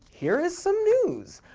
here is some news!